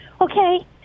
Okay